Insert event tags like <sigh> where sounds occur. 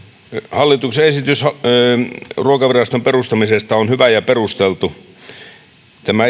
hallituksen esitys ruokaviraston perustamisesta on hyvä ja perusteltu tämä <unintelligible>